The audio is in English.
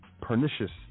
pernicious